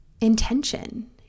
intention